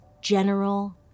General